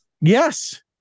Yes